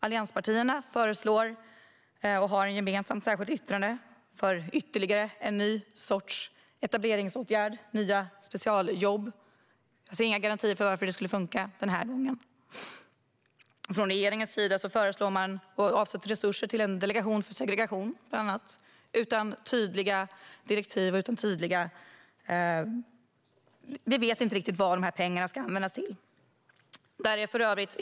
Allianspartierna har ett gemensamt särskilt yttrande där man föreslår ytterligare en ny sorts etableringsåtgärd, nya specialjobb. Det finns inga garantier för att det skulle funka den här gången. Regeringen föreslår att det ska avsättas resurser till en delegation för segregation, utan tydliga direktiv. Vi vet inte riktigt vad dessa pengar ska användas till.